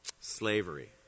slavery